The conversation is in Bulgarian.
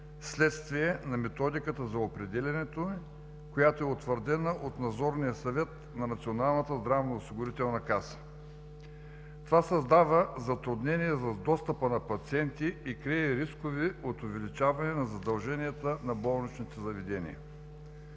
вследствие на Методиката за определянето, утвърдена от Надзорния съвет на Националната здравноосигурителна каса. Това създава затруднения в достъпа на пациенти и крие рискове от увеличаване на задълженията на болничните заведения.